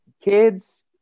kids